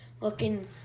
looking